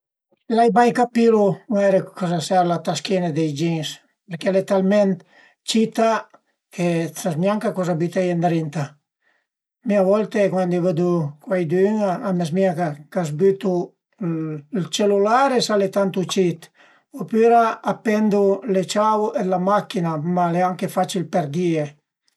L'ai mai capilu a coza serv la taschina dei jeans përché al e talment cita che sas gnanca coza büteie ëndrinta. Mi a volta cuandi i vedu cuaidün a më zmìa ch'a i bütu ël cellulare s'al e tantu cit opüra a pendu le ciau d'la machin-a, ma al e anche facil perdìe